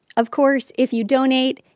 of course, if you donate,